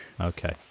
Okay